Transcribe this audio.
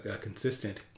consistent